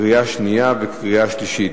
קריאה שנייה וקריאה שלישית.